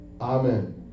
Amen